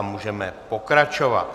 Můžeme pokračovat.